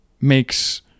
makes